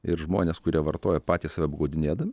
ir žmonės kurie vartoja patys save apgaudinėdami